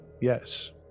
yes